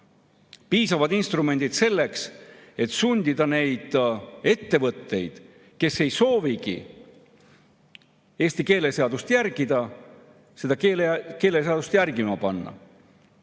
piisavad instrumendid selleks, et sundida neid ettevõtteid, kes ei soovigi Eesti keeleseadust järgida, seda keeleseadust järgima.